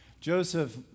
Joseph